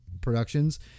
productions